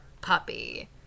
puppy